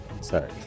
Sorry